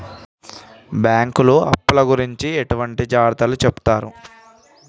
బ్యాంకులు అప్పుల గురించి ఎట్లాంటి జాగ్రత్తలు చెబుతరు?